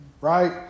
right